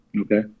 Okay